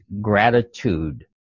gratitude